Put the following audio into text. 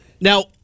Now